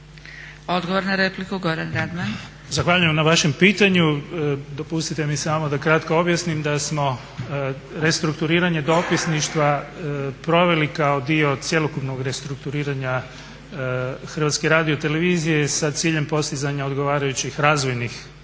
Odgovor na repliku Goran Radman. **Radman, Goran** Zahvaljujem na vašem pitanju. Dopustite mi samo da kratko objasnim da smo restrukturiranje dopisništva proveli kao dio cjelokupnog restrukturiranja HRT-a sa ciljem postizanja odgovarajućih razvojnih